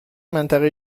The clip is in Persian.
منطقه